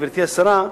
גברתי השרה,